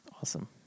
awesome